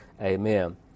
Amen